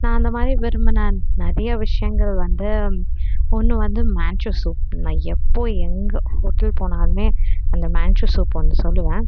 நான் அந்த மாதிரி விரும்பின நிறைய விஷயங்கள் வந்து ஒன்று வந்து மேன்ச்சோ சூப் நான் எப்போ எங்கள் ஹோட்டல் போனாலும் அந்த மேன்ச்சோ சூப் ஒன்று சொல்லுவேன்